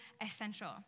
essential